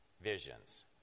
visions